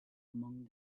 among